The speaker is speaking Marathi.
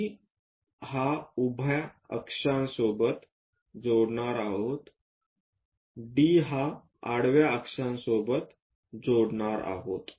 C हा उभा अक्षांसोबत जोडणार आहोत D हा आडवा अक्षांसोबत जोडणार आहोत